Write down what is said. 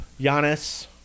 Giannis